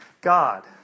God